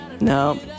no